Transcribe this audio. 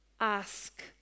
ask